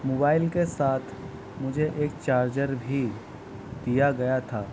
mobile کے ساتھ مجھے ایک چارجر بھی دیا گیا تھا